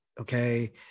okay